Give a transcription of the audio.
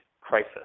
crisis